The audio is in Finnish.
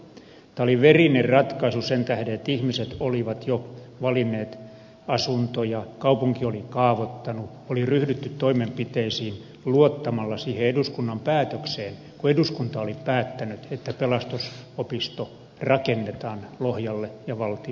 tämä oli verinen ratkaisu sen tähden että ihmiset olivat jo valinneet asuntoja kaupunki oli kaavoittanut oli ryhdytty toimenpiteisiin luottamalla siihen eduskunnan päätökseen kun eduskunta oli päättänyt että pelastusopisto rakennetaan lohjalle ja valtion tontille